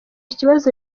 kibazo